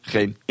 Geen